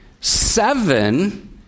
seven